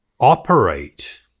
operate